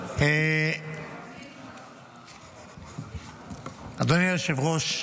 אדוני היושב-ראש,